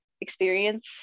experience